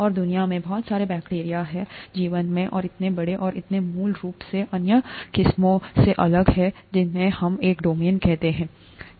और दुनिया में बहुत सारे बैक्टीरिया हैं जीवन में और इतने बड़े और इतने ही मूल रूप से अन्य किस्मों से अलग है जिन्हें हम एक डोमेन कहते हैं